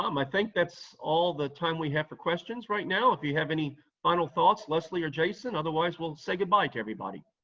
um i think that's all the time we have for questions, right now. if you have any final thoughts, leslie or jason, otherwise, we'll say goodbye to everybody.